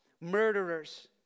murderers